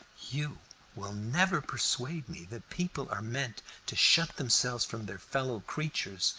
you will never persuade me that people are meant to shut themselves from their fellow-creatures,